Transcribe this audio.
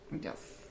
Yes